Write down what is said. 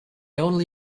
only